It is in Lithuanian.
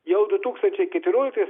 jau du tūkstančiai keturioliktais